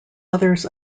others